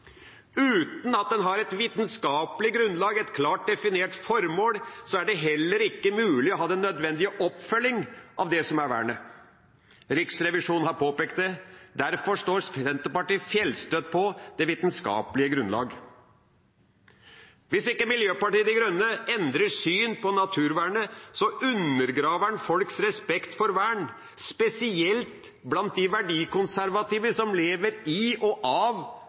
Uten at en har et vitenskapelig grunnlag, et klart definert formål, er det heller ikke mulig å ha den nødvendige oppfølging av det som er vernet. Riksrevisjonen har påpekt det. Derfor står Senterpartiet fjellstøtt på det vitenskapelige grunnlaget. Hvis ikke Miljøpartiet De Grønne endrer syn på naturvernet, undergraver en folks respekt for vern, spesielt blant de verdikonservative som lever i og av